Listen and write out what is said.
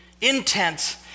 intense